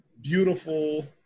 Beautiful